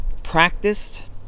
practiced